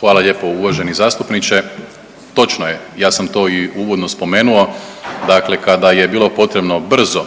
Hvala lijepo uvaženi zastupniče. Točno je, ja sam to i uvodno spomenuo, dakle kada je bilo potrebno brzo